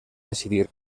decidir